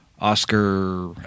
Oscar